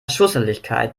schusseligkeit